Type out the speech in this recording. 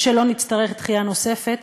שלא נצטרך דחייה נוספת,